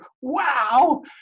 wow